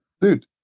Dude